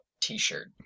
t-shirt